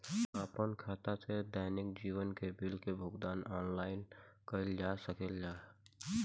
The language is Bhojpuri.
आपन खाता से दैनिक जीवन के बिल के भुगतान आनलाइन कइल जा सकेला का?